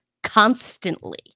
constantly